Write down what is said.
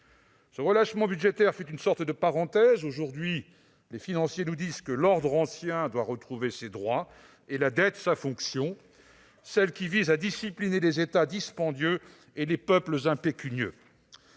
Ce relâchement budgétaire fut une sorte de parenthèse. Aujourd'hui, les financiers nous disent que l'ordre ancien doit retrouver ses droits et la dette, sa fonction, celle qui consiste à discipliner les États dispendieux et les peuples impécunieux.